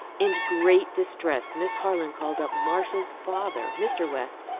in great distress miss harland called up marcia's father, mr. west,